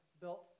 built